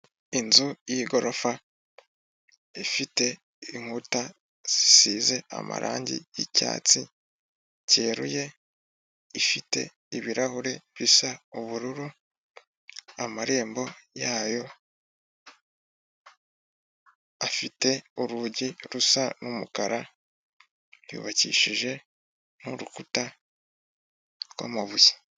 Inzu y'igorofa ifite inkuta zisize amarangi y'icyatsi cyeruye, ifite ibirahure bisa ubururu, amarembo yayo afite urugi rusa umukara, yubakishije n'urukuta rw'amabuye.